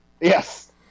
yes